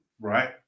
right